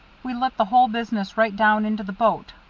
we let the whole business right down into the boat.